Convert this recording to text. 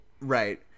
Right